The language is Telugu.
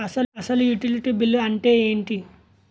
అసలు యుటిలిటీ బిల్లు అంతే ఎంటి?